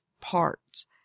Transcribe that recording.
parts